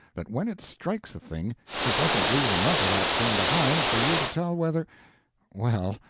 that when it strikes a thing it doesn't leave enough of that thing behind for you to tell whether well,